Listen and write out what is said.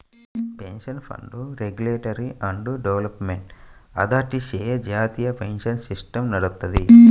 pension fund regulatory and development అథారిటీచే జాతీయ pension system నడుత్తది